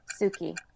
Suki